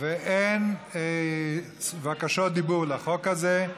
ואין בקשות דיבור לחוק הזה,